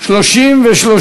2 נתקבלו.